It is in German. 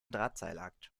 drahtseilakt